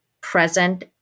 present